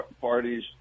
parties